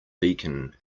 beacon